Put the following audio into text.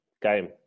Game